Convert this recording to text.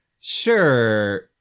Sure